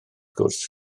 gwrs